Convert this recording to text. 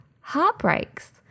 heartbreaks